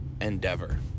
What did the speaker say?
endeavor